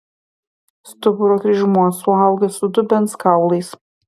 stuburo kryžmuo suaugęs su dubens kaulais